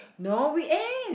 no weekend